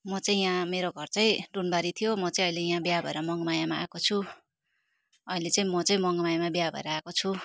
म चाहिँ यहाँ मेरो घर चाहिँ टोनबारी थियो म चाहिँ अहिले यहाँ विवाह भएर मङमायामा आएको छु अहिले चाहिँ म चाहिँ मङमाया विवाह भएर आएको छु